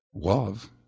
Love